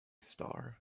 star